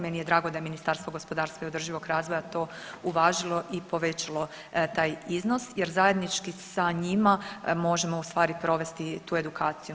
Meni je drago da je Ministarstvo gospodarstva i održivog razvoja to uvažilo i povećalo taj iznos jer zajednički sa njima možemo u stvari provesti tu edukacije.